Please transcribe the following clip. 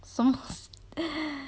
什么